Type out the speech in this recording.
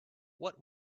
what